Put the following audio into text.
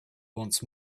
once